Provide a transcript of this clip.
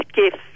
gift